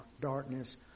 darkness